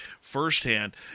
firsthand